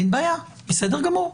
אין בעיה, בסדר גמור.